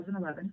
2011